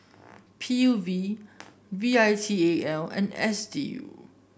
P U V V I T A L and S D U